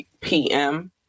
PM